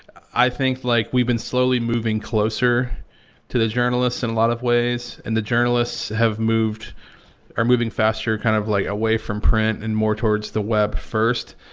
i think like we've been slowly moving closer to the journalists in a lot of ways and the journalists have moved are moving faster kind of like away from print and more towards the web first,